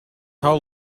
how